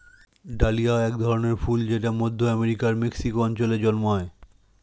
dahlia এক ধরনের ফুল জেট মধ্য আমেরিকার মেক্সিকো অঞ্চলে জন্মায়